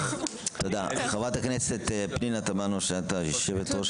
חברת הכנסת פנינה תמנו, בבקשה.